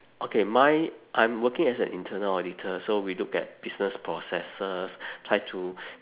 okay mine I'm working as an internal auditor so we look at business processes try to